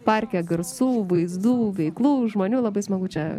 parke garsų vaizdų veiklų žmonių labai smagu čia